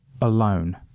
alone